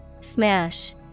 Smash